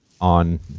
on